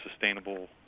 sustainable